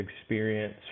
experience